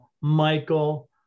Michael